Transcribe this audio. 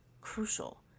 crucial